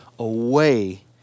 away